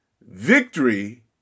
Victory